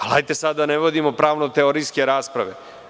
Ali, hajde da sada ne vodimo pravno teorijske rasprave.